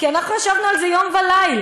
אנחנו ישבנו על זה יום וליל.